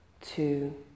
Two